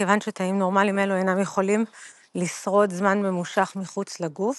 כיוון שתאים נורמלים אלו אינם יכולים לשרוד זמן ממושך מחוץ לגוף,